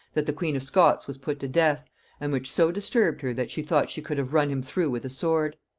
that the queen of scots was put to death and which so disturbed her, that she thought she could have run him through with a sword.